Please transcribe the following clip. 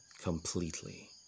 completely